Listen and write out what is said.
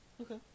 Okay